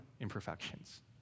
imperfections